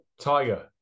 Tiger